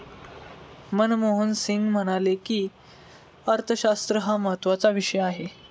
मनमोहन सिंग म्हणाले की, अर्थशास्त्र हा महत्त्वाचा विषय आहे